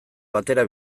batera